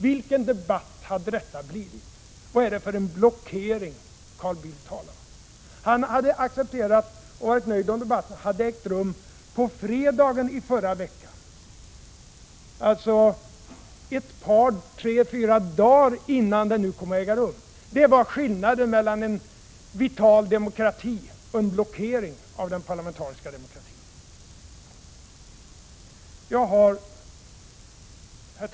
Vilken debatt hade det blivit? Och vad är det för en blockering Carl Bildt talar om? Han hade varit nöjd om debatten hade ägt rum på fredagen i förra veckan, alltså bara några dagar innan den nu kom att äga rum. Det var skillnaden mellan en vital demokrati och en blockering av parlamentarisk demokrati! Herr talman!